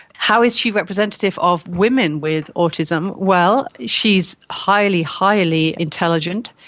how is she representative of women with autism? well, she's highly, highly intelligent,